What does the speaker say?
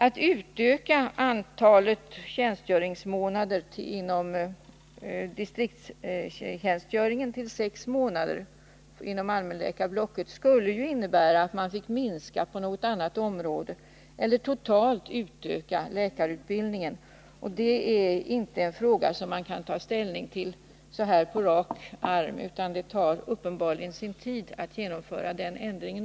Att utöka antalet tjänstgöringsmånader inom distriktstjänstgöringen till sex månader inom allmänläkarblocket skulle ju innebära att man blev tvungen att minska på något annat område eller att totalt utöka läkarutbildningen, men detta är inte en fråga som man kan ta ställning till så här på rak arm. Det tar uppenbarligen sin tid att genomföra även den ändringen.